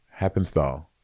Happenstall